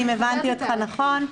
אם הבנתי אותך נכון,